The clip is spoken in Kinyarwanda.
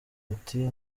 ati